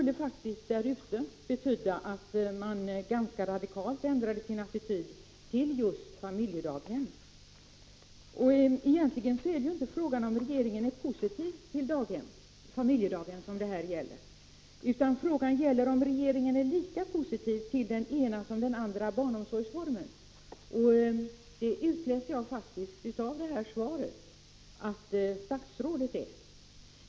Det skulle betyda att man där ganska radikalt ändrade sin attityd till familjedaghem. Egentligen är det ju inte fråga om huruvida regeringen är positiv till familjedaghem, utan frågan gäller om regeringen är lika positiv till den ena som till den andra barnomsorgsformen — och det utläser jag faktiskt av det här sista svaret att statsrådet är.